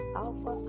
alpha